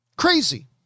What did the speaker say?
crazy